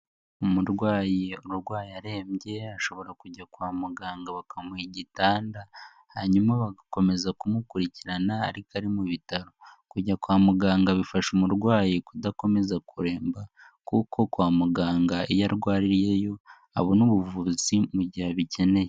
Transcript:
Umurwayi urwaye arembye, ashobora kujya kwa muganga bakamuha igitanda, hanyuma bagakomeza kumukurikirana ariko ari mu bitaro. Kujya kwa muganga bifasha umurwayi kudakomeza kuremba, kuko kwa muganga iyo arwariye yo, abona ubuvuzi mu gihe abikeneye.